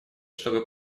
чтобы